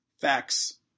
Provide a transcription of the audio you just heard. facts